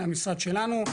למשרד שלנו,